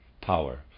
power